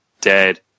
dead